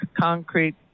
concrete